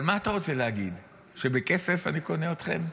אבל מה אתה רוצה להגיד, שבכסף אני קונה אתכם?